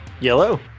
Yellow